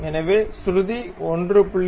எனவே சுருதி 1